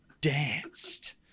danced